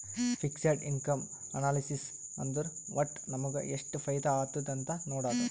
fixed income analysis ಅಂದುರ್ ವಟ್ಟ್ ನಮುಗ ಎಷ್ಟ ಫೈದಾ ಆತ್ತುದ್ ಅಂತ್ ನೊಡಾದು